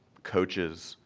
coaches,